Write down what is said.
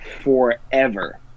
forever